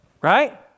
right